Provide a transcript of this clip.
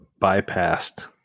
bypassed